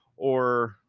or,